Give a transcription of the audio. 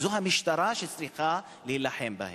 זו המשטרה שצריכה להילחם בהן.